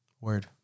Word